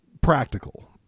practical